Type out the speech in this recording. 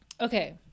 Okay